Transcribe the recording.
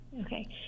Okay